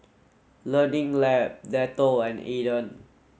learning Lab Dettol and Aden